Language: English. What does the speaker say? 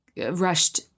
rushed